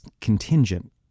contingent